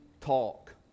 talk